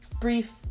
brief